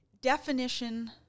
definition